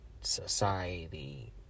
society